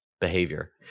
behavior